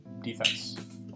defense